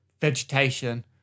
vegetation